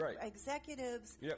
executives